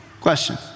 Question